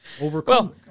Overcome